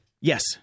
Yes